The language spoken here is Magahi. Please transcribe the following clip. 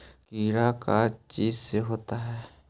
कीड़ा का चीज से होता है?